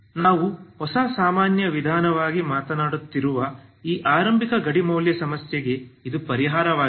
ನಾವು ಹೊಸ ಸಾಮಾನ್ಯ ವಿಧಾನವಾಗಿ ಮಾತನಾಡುತ್ತಿರುವ ಈ ಆರಂಭಿಕ ಗಡಿ ಮೌಲ್ಯ ಸಮಸ್ಯೆಗೆ ಇದು ಪರಿಹಾರವಾಗಿದೆ